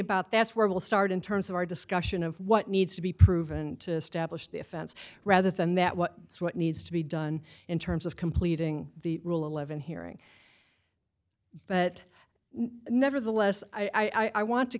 about that's where we'll start in terms of our discussion of what needs to be proven to stablish the offense rather than that what is what needs to be done in terms of completing the rule eleven hearing but nevertheless i want to